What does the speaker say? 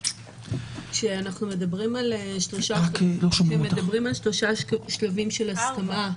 כשמדברים על שלושה שלבים של הסכמה,